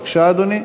בבקשה, אדוני.